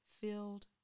filled